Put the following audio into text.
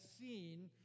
seen